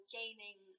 gaining